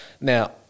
Now